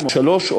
שלוש,